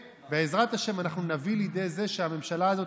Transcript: ובעזרת השם אנחנו נביא לידי זה שהממשלה הזאת